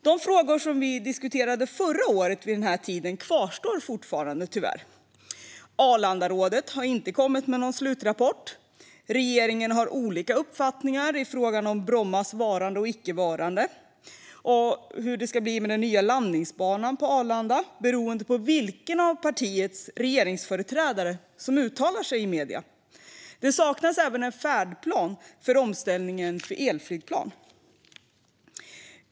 De frågor som vi diskuterade förra året vid den här tiden kvarstår tyvärr fortfarande. Arlandarådet har inte kommit med någon slutrapport. Regeringen har olika uppfattningar i fråga om Brommas varande eller icke varande och om hur det ska bli med den nya landningsbanan på Arlanda, beroende på vilket partis regeringsföreträdare som uttalar sig i medierna. Det saknas även en färdplan för omställningen till elflygplan.